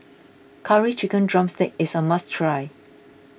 Curry Chicken Drumstick is a must try